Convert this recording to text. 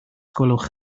gwelwch